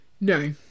No